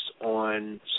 on